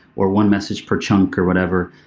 or one message per chunk, or whatever,